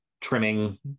trimming